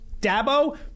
Dabo